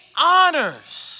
honors